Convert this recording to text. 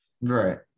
Right